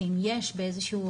שאם יש באיזה שהוא